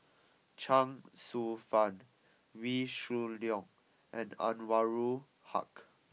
Chuang Hsueh Fang Wee Shoo Leong and Anwarul Haque